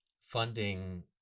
funding